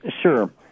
Sure